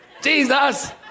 Jesus